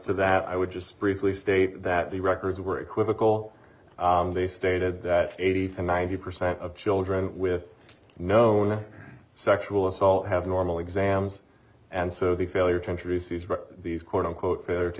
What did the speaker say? to that i would just briefly state that the records were equivocal stated that eighty to ninety percent of children with known sexual assault have normal exams and so the failure to introduce these quote unquote failure to